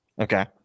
Okay